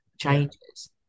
changes